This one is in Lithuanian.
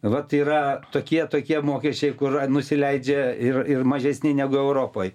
vat yra tokie tokie mokesčiai kur nusileidžia ir ir mažesni negu europoj